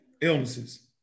illnesses